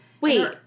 Wait